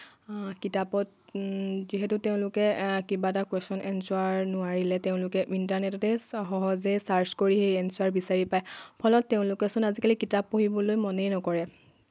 কিতাপত যিহেতু তেওঁলোকে কিবা এটা কুয়েশ্যন এঞ্চাৰ নোৱাৰিলে তেওঁলোকে ইণ্টাৰ্নেটতে সহজে চাৰ্চ কৰি সেই এঞ্চাৰ বিচাৰি পায় ফলত তেওঁলোকেচোন আজিকালি কিতাপ পঢ়িবলৈ মনেই নকৰে